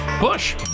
Bush